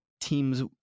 teams